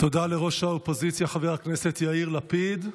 תודה לראש האופוזיציה חבר הכנסת יאיר לפיד.